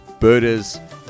birders